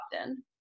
often